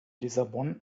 lissabon